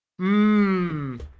Mmm